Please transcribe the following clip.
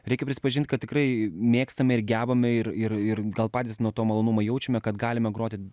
reikia prisipažint kad tikrai mėgstame ir gebame ir ir ir gal patys nuo to malonumo jaučiame kad galime groti